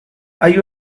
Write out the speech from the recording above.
hay